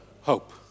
hope